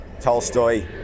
Tolstoy